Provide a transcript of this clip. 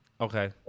Okay